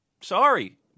Sorry